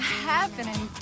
happening